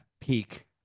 Peak